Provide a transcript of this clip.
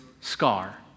scar